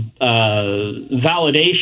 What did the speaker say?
validation